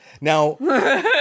Now